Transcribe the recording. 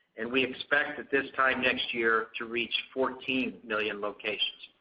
and we expect that this time next year to reach fourteen million locations.